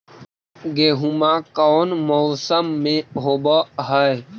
गेहूमा कौन मौसम में होब है?